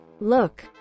Look